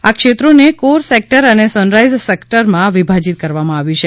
આ ક્ષેત્રોને core sector અને સનરાઇઝ સેક્ટરમાં વિભાજિત કરવામાં આવ્યા છે